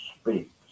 speaks